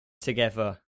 together